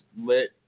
lit